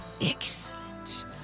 Excellent